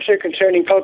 concerning